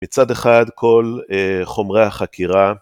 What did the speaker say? מצד אחד כל חומרי החקירה.